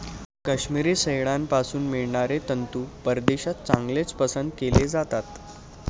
काश्मिरी शेळ्यांपासून मिळणारे तंतू परदेशात चांगलेच पसंत केले जातात